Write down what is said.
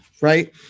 right